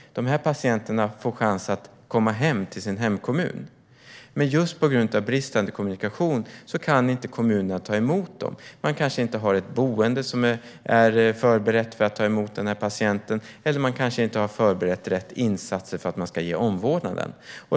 Dessa patienter får chans att komma till sin hemkommun, men på grund av bristande kommunikation kan kommunen inte ta emot dem. Man har kanske inget boende som är förberett för att ta emot patienten, eller man har kanske inte förberett rätt insatser för att ge omvårdnad.